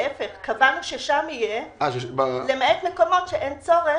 להיפך, קבענו ששם יהיה למעט מקומות שאין צורך.